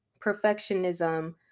perfectionism